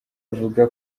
avuga